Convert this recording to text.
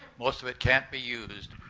most of it can't be used.